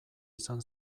izan